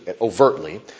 overtly